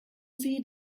sie